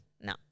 No